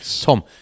Tom